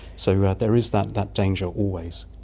so yeah there is that that danger always.